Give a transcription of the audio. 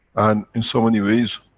and in so many ways,